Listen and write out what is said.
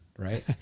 Right